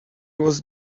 was